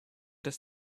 des